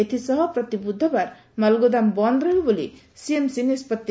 ଏଥିସହ ପ୍ରତି ବୃଧବାର ମାଲଗୋଦାମ ବନ୍ଦ ରହିବ ବୋଲି ସିଏମ୍ସି ନିଷ୍ବଉି